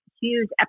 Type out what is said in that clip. huge